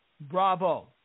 Bravo